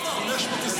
מאיזה מקורות?